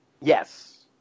Yes